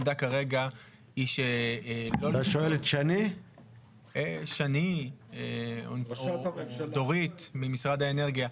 את שני או דורית ממשרד האנרגיה,